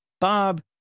Bob